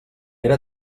era